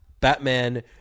Batman